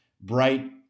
bright